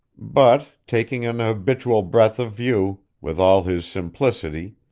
but, taking an habitual breadth of view, with all his simplicity,